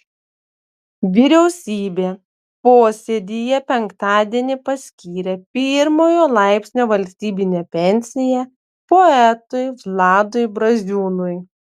vyriausybė posėdyje penktadienį paskyrė pirmojo laipsnio valstybinę pensiją poetui vladui braziūnui